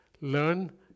learn